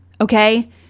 Okay